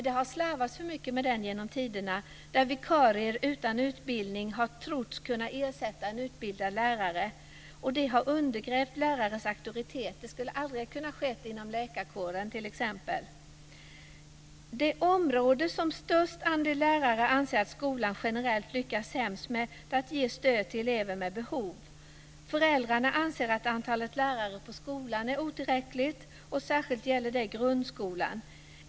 Det har slarvats för mycket med det genom tiderna. Man har trott att vikarier utan utbildning kunnat ersätta en utbildad lärare. Det har undergrävt lärares auktoritet. Det skulle aldrig kunnat ske inom t.ex. läkarkåren. Det område som störst andel lärare anser att skolan generellt lyckas sämst med är att ge stöd till elever med behov. Föräldrarna anser att antalet lärare på skolan är otillräckligt. Det gäller särskilt grundskolan.